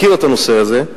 מכיר את הנושא הזה,